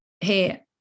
hey